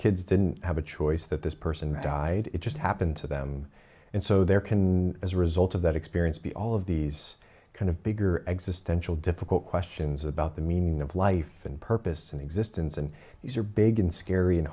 kids didn't have a choice that this person died it just happened to them and so they're can as a result of that experience be all of these kind of bigger existential difficult questions about the meaning of life and purpose and existence and these are big and scary and